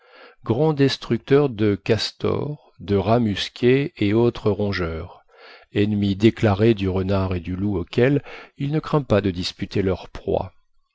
grand destructeur de castors de rats musqués et autres rongeurs ennemi déclaré du renard et du loup auxquels il ne craint pas de disputer leur proie